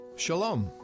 Shalom